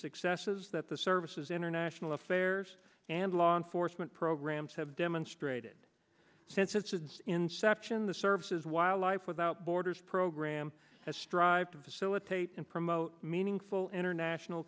successes that the services international affairs and law enforcement programs have demonstrated since its ads inception the services wildlife without borders program has strived to facilitate and promote meaningful international